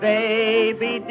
Baby